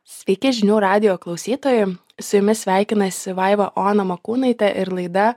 sveiki žinių radijo klausytojai su jumis sveikinasi vaiva ona makūnaitė ir laida